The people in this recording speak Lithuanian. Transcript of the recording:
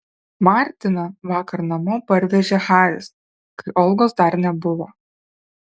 martiną vakar namo parvežė haris kai olgos dar nebuvo